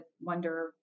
wonder